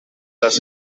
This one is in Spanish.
las